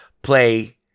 play